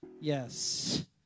yes